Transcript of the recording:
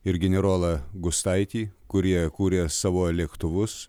ir generolą gustaitį kurie kuria savo lėktuvus